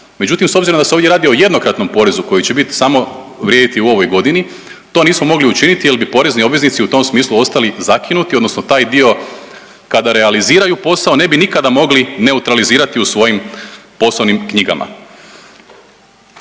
Međutim, s obzirom da se ovdje radi o jednokratnom porezu koji će bit, samo vrijediti u ovoj godini to nismo mogli učiniti jel bi porezni obveznici u tom smislu ostali zakinuti odnosno taj dio kada realiziraju posao ne bi nikada mogli neutralizirati u svojim poslovnim knjigama.